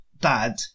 dad